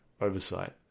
oversight